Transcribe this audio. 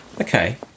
okay